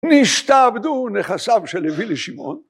נשתעבדו נכסיו של לוי לשמעון